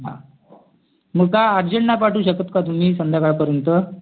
हां मग काय अर्जंट नाही पाठवू शकत का तुम्ही संध्याकाळपर्यंत